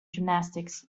gymnastics